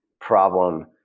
problem